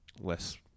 less